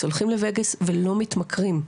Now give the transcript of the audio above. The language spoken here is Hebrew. הולכים לווגאס ולא מתמכרים.